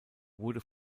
wurde